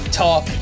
talk